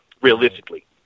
realistically